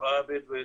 בחברה הבדואית,